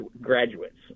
graduates